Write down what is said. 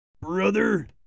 Brother